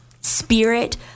spirit